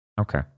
Okay